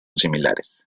similares